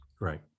Right